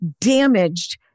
damaged